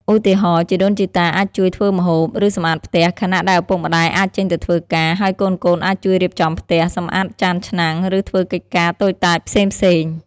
ឧទាហរណ៍ ជីដូនជីតាអាចជួយធ្វើម្ហូប ឬសម្អាតផ្ទះ ខណៈដែលឪពុកម្តាយអាចចេញទៅធ្វើការ ហើយកូនៗអាចជួយរៀបចំផ្ទះ សម្អាតចានឆ្នាំង ឬធ្វើកិច្ចការតូចតាចផ្សេងៗ។